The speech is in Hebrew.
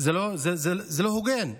זה לא הוגן.